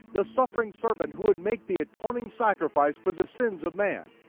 the suffering servant who would make the atoning sacrifice for the sins of man.